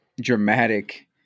dramatic